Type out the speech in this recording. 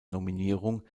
nominierung